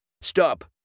Stop